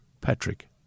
Patrick